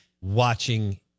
watching